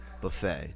buffet